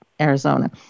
Arizona